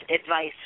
advice